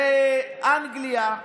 באנגליה,